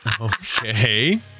Okay